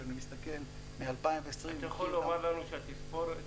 שאני מסתכל מ-2020 --- אתה יכול לומר לנו שהספיחים,